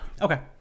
okay